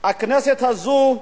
הכנסת הזאת,